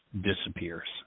disappears